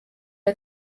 der